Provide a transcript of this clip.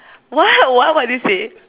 what what what did you say